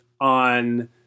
on